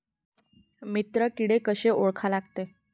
मित्र किडे कशे ओळखा लागते?